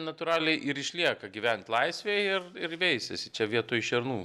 natūraliai ir išlieka gyvent laisvėje ir ir veisiasi čia vietoj šernų